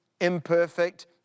imperfect